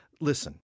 Listen